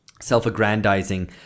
self-aggrandizing